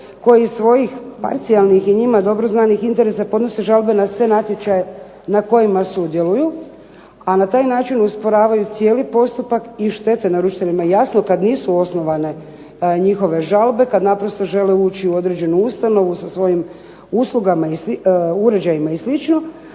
koji svojih parcijalnih i njima dobro znanih interesa podnose žalbe na sve natječaje na kojima sudjeluju, a na taj način usporavaju cijeli postupak i štete naručiteljima. Jasno kada nisu osnovane njihove žalbe, kada naprosto žele ući u određenu ustanovu sa svojim uslugama, uređajima i